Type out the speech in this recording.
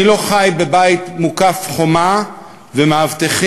אני לא חי בבית מוקף חומה ומאבטחים,